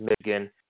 Michigan